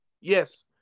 Yes